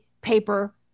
paper